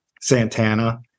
Santana